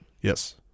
Yes